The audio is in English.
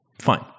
Fine